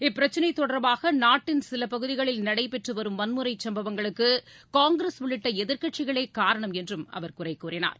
இப்பிரச்சினைதொடர்பாகநாட்டின் நடைபெற்றுவரும் வன்முறைச் சம்பவங்களுக்குகாங்கிரஸ் உள்ளிட்டளதிர்க்கட்சிகளேகாரணம் என்றும் அவர் குறைகூறினார்